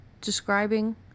describing